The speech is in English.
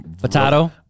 potato